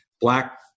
black